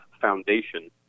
Foundation